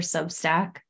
Substack